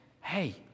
hey